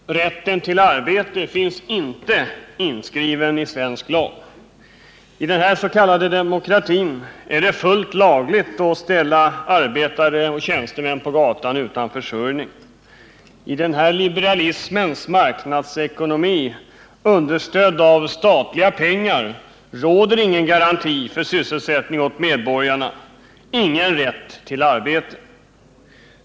Herr talman! Rätten till arbete finns inte inskriven i svensk lag. I dennas.k. demokrati är det fullt lagligt att ställa arbetare och tjänstemän på gatan utan försörjning. I denna liberalismens marknadsekonomi — understödd av statliga pengar — råder ingen garanti för sysselsättning åt medborgarna, ingen rätt till arbete.